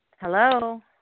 Hello